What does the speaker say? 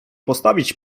postawić